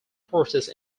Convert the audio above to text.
forces